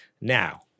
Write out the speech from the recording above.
now